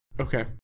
Okay